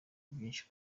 byinshi